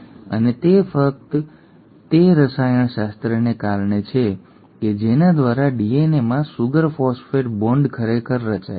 અને તે ફક્ત તે રસાયણશાસ્ત્રને કારણે છે કે જેના દ્વારા ડીએનએમાં સુગર ફોસ્ફેટ બોન્ડ ખરેખર રચાય છે